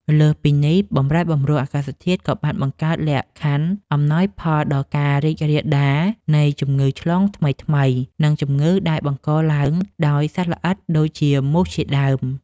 លើសពីនេះ បម្រែបម្រួលអាកាសធាតុក៏បានបង្កើតលក្ខខណ្ឌអំណោយផលដល់ការរីករាលដាលនៃជំងឺឆ្លងថ្មីៗ និងជំងឺដែលបង្កឡើងដោយសត្វល្អិតដូចជាមូសជាដើម។